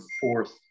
fourth